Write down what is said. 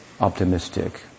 optimistic